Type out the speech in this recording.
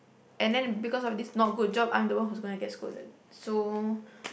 and then because of this not good job I'm the one who's gona get scolded so